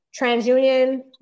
TransUnion